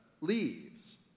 leaves